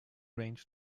range